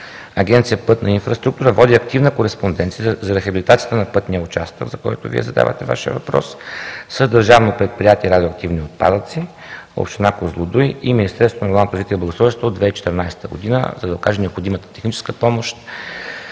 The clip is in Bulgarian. Агенция „Пътна инфраструктура“ води активна кореспонденция за рехабилитацията на пътния участък, за който Вие задавате Вашия въпрос, с Държавно предприятие „Радиоактивни отпадъци“, община Козлодуй и Министерството на регионалното развитие и благоустройството от 2014 г., за да окаже необходимата техническа помощ